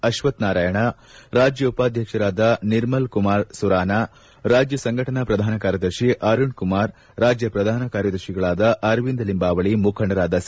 ಅಶ್ವಥನಾರಾಯಣ ರಾಜ್ಯ ಉಪಾಧ್ಯಕ್ಷರಾದ ನಿರ್ಮಲ್ ಕುಮಾರ್ ಸುರಾನ ರಾಜ್ಯ ಸಂಘಟನಾ ಪ್ರಧಾನ ಕಾರ್ಯದರ್ಶಿ ಅರುಣ್ ಕುಮಾರ್ ರಾಜ್ಯ ಪ್ರಧಾನ ಕಾರ್ಯದರ್ಶಿಗಳಾದ ಅರವಿಂದ ಲಿಂಬಾವಳಿ ಮುಖಂಡರಾದ ಸಿ